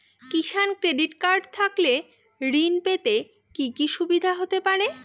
কিষান credit card থাকলে ঋণ পেতে কি কি সুবিধা হতে পারে?